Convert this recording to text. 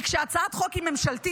כי כשהצעת חוק היא ממשלתית,